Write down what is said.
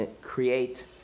create